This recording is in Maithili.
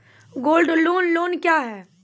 गोल्ड लोन लोन क्या हैं?